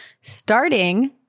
starting